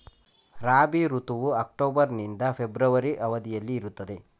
ರಾಬಿ ಋತುವು ಅಕ್ಟೋಬರ್ ನಿಂದ ಫೆಬ್ರವರಿ ಅವಧಿಯಲ್ಲಿ ಇರುತ್ತದೆ